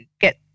get